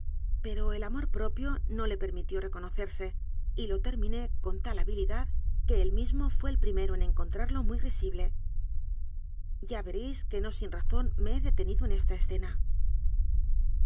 pero el amor propio no le permitió re conocerse y lo terminé con tal habilidad que él mismo fué el primero en encontrarlo muy risible ya veréis que no sin razón me he detenido en esta escena